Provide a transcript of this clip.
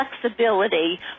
flexibility